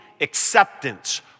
acceptance